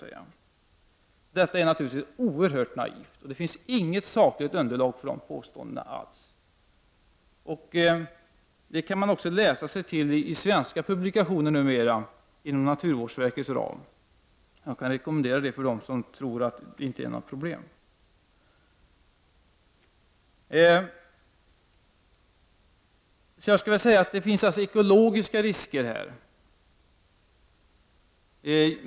Detta resonemang är naturligtvis oerhört naivt, och det finns inget sakligt underlag för dessa påståenden. Detta kan man numera även läsa sig till i svenska publikationer inom naturvårdsverkets ram. Jag kan rekommendera denna läsning till dem som inte tror att det föreligger några problem. Jag skulle alltså vilja säga att det finns ekologiska risker.